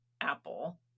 Apple